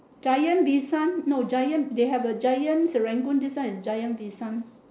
zion bishan no zion they have a zion Serangoon this one is zion bishan